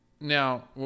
Now